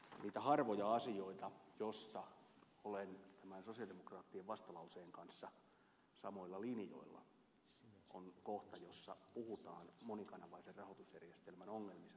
niitä harvoja asioita joissa olen sosialidemokraattien vastalauseen kanssa samoilla linjoilla on kohta jossa puhutaan monikanavaisen rahoitusjärjestelmän ongelmista suomalaisessa terveydenhuollossa